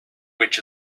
witch